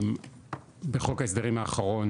בחוק ההסדרים האחרון